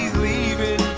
leaving